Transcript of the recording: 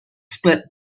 split